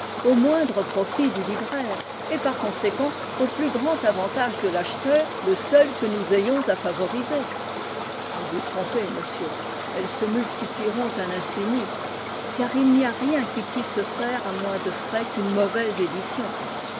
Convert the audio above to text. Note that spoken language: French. au moindre profit du libraire et par conséquent au plus grand avantage de l'acheteur le seul que nous ayons à favoriser vous vous trompez monsieur elles se multiplieront à l'infini car il n'y a rien qui puisse se faire à moins de frais qu'une mauvaise édition